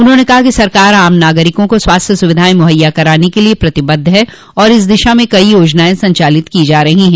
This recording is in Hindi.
उन्होंने कहा कि सरकार आम नागरिकों को स्वास्थ्य सुविधाएं मुहैया कराने के लिए प्रतिबद्ध है और इस दिशा में कई योजनाएं संचालित की जा रही हैं